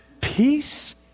Peace